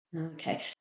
Okay